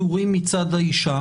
(תיקון) (הפיכת הוראת השעה להוראת קבע),